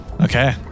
okay